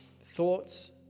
thoughts